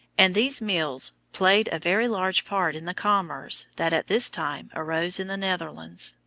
and these mills played a very large part in the commerce that at this time arose in the netherlands.